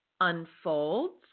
unfolds